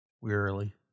Wearily